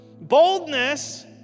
Boldness